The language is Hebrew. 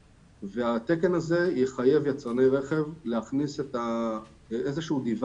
והתקן הזה יחייב יצרני רכב להכניס איזה שהוא רכיב